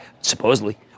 supposedly